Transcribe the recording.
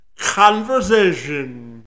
Conversation